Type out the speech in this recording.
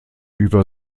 über